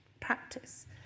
practice